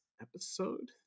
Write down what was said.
episode